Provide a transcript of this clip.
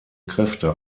kräfte